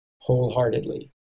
wholeheartedly